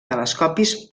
telescopis